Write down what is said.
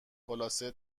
خلاصه